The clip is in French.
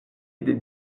des